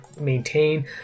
maintain